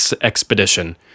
expedition